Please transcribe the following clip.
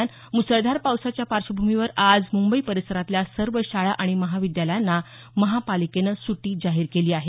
म्सळधार पावसाच्या पार्श्वभूमीवर आजमुंबई परिसरातल्या सर्व शाळा आणि महाविद्यालयांना महापालिकेनं सुटी जाहीर केली आहे